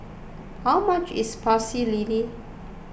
how much is Pecel Lele